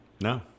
No